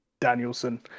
Danielson